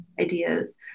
ideas